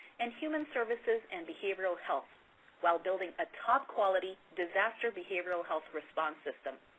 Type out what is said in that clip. and human services and behavioral health while building a top-quality disaster behavioral health response system.